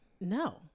no